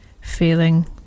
feeling